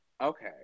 okay